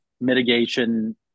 mitigation